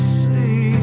see